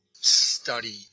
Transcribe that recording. study